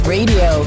Radio